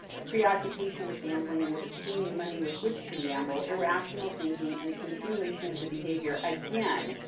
a preoccupation with gambling and with obtaining money with which to gamble, irrational thinking, and continuation of the behavior, again,